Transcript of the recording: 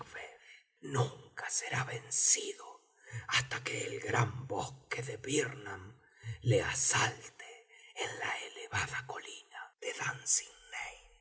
nunca será vencido hasta que el gran bosque de birnam le asalte en la elevada colina de